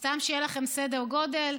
סתם, שיהיה לכם סדר גודל: